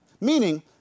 meaning